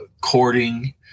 courting